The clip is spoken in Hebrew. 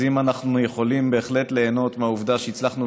אנחנו יכולים בהחלט ליהנות מהעובדה שהצלחנו